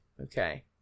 Okay